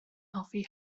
hoffi